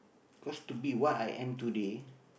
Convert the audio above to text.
cause to be what I am today